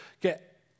get